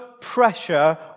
pressure